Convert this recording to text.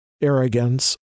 arrogance